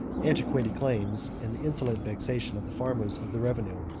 antiquated claims, and the insolent vexation of the farmers of the revenue.